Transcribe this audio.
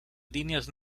líneas